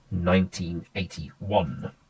1981